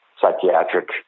psychiatric